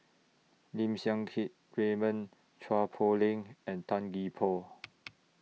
Lim Siang Keat Raymond Chua Poh Leng and Tan Gee Paw